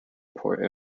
port